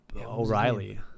O'Reilly